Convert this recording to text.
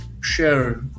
share